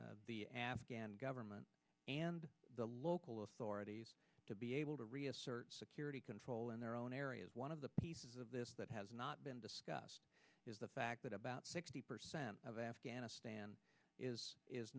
enabling the afghan government and the local authorities to be able to reassert security control in their own areas one of the pieces of this has not been discussed is the fact that about sixty percent of afghanistan is